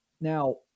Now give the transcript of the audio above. now